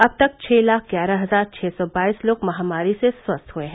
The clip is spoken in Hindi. अब तक छ लाख ग्यारह हजार छ सौ बाइस लोग महामारी से स्वस्थ हुए हैं